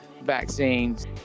vaccines